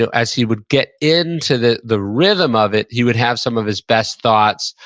so as he would get into the the rhythm of it, he would have some of his best thoughts,